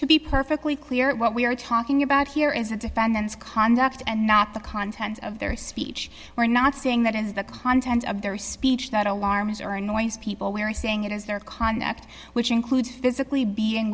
to be perfectly clear that what we are talking about here is the defendant's conduct and not the content of their speech we're not saying that it is the content of their speech that alarms or annoys people we are saying it is their conduct which includes physically being